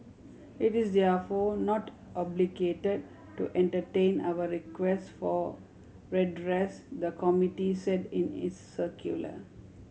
it is therefore not obligated to entertain our request for redress the committee said in its circular